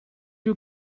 you